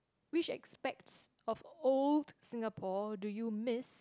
which aspects of old Singapore do you miss